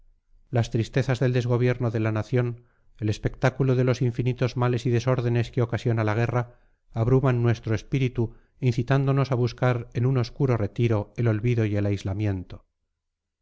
las tristezas del desgobierno de la nación el espectáculo de los infinitos males y desórdenes que ocasiona la guerra abruman nuestro espíritu incitándonos a buscar en un obscuro retiro el olvido y el aislamiento